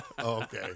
Okay